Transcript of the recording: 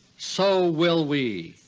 so will we.